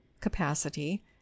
capacity